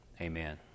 Amen